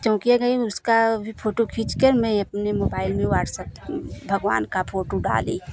चौकिया गई उसका भी फ़ोटो खींचकर मैं अपने मोबाइल में व्हाट्सअप भगवान का फोटू डाली